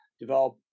develop